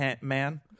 man